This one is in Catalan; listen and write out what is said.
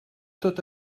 tot